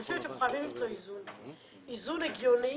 אני חושבת שחייבים למצוא איזון ושיהיה איזון הגיוני